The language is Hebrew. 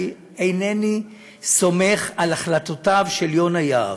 אינני סומך על החלטותיו של יונה יהב,